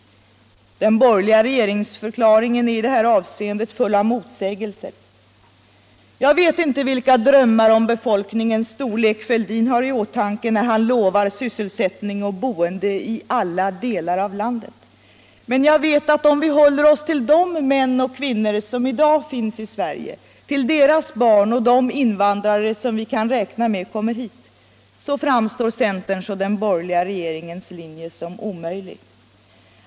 Den borgerliga regeringsförklaringen är i det här avseendet full av motsägelser. Jag vet inte vilka drömmar om befolkningens storlek Fälldin har i åtanke när han lovar sysselsättning och boende i alla delar av landet. Men jag vet att om vi håller oss till de män och kvinnor som i dag finns i Sverige, deras barn och de invandrare som vi kan räkna med kommer hit så framstår centerns och den borgerliga regeringens linje som omöjlig.